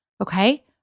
okay